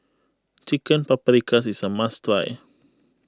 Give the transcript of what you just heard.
Chicken Paprikas is a must try